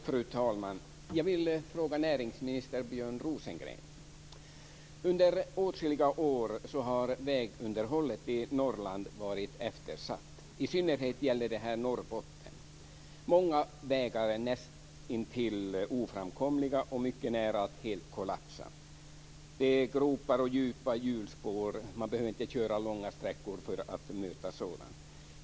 Fru talman! Jag vill ställa en fråga till näringsminister Björn Rosengren. Under åtskilliga år har vägunderhållet i Norrland varit eftersatt. I synnerhet gäller detta Norrbotten. Många vägar är nästintill oframkomliga och mycket nära att helt kollapsa. Det är gropar och djupa hjulspår. Man behöver inte köra långa sträckor för att möta sådant.